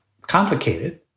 complicated